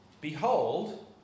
behold